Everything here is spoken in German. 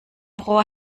rohr